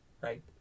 right